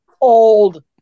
old